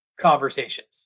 conversations